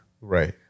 Right